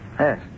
Yes